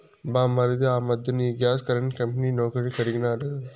మా మరిది ఆ మధ్దెన ఈ గ్యాస్ కరెంటు కంపెనీ నౌకరీ కడిగినాడు